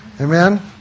Amen